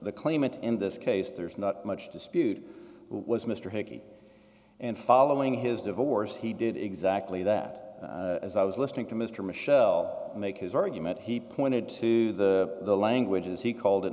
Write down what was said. the claimant in this case there's not much dispute was mr hickey and following his divorce he did exactly that as i was listening to mr michel make his argument he pointed to the language as he called it